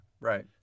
right